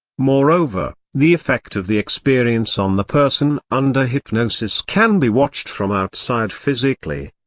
moreover, the effect of the experience on the person under hypnosis can be watched from outside physically.